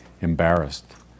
embarrassed